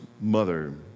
mother